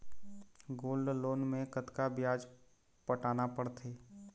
Gold loan मे कतका ब्याज पटाना पड़थे?